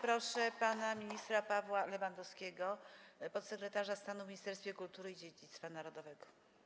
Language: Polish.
Proszę pana ministra Pawła Lewandowskiego, podsekretarza stanu w Ministerstwie Kultury i Dziedzictwa Narodowego.